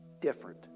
different